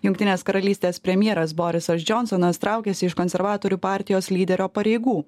jungtinės karalystės premjeras borisas džionsonas traukiasi iš konservatorių partijos lyderio pareigų